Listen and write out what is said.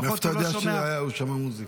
--- מאיפה אתה יודע שהוא שמע מוזיקה?